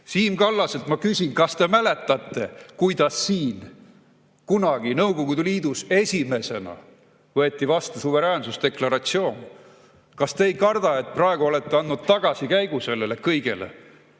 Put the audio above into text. Siim Kallaselt ma küsin, kas te mäletate, kuidas siin kunagi, Nõukogude Liidus esimesena võeti vastu suveräänsusdeklaratsioon? Kas te ei karda, et praegu olete andnud tagasikäigu sellele kõigele?